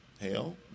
hell